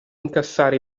incassare